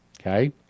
Okay